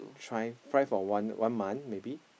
try try for one month maybe